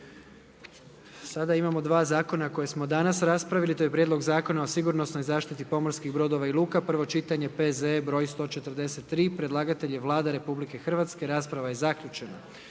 Sada imamo 2 zakona, koje smo danas raspravili. To je prijedlog Zakona o sigurnosnoj zaštiti pomorskih brodova i luka, prvo čitanje P.Z.E. br. 143. Predlagatelj je Vlada Republike Hrvatske. Rasprava je zaključena.